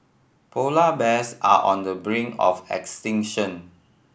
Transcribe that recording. polar bears are on the brink of extinction